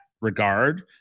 regard